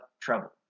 trouble